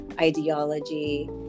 ideology